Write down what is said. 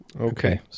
Okay